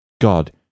God